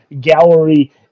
gallery